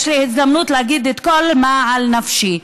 יש לי הזדמנות להגיד את כל מה שעל נפשי.